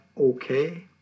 okay